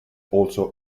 also